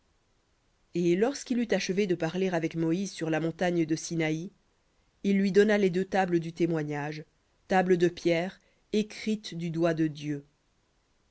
et lorsqu'il eut achevé de parler avec moïse sur la montagne de sinaï il lui donna les deux tables du témoignage tables de pierre écrites du doigt de dieu